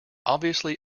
obviously